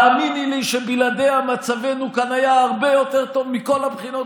האמיני לי שבלעדיה מצבנו כאן היה הרבה יותר טוב מכל הבחינות,